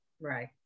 right